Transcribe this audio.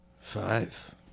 five